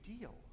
deal